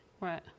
Right